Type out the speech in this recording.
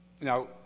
Now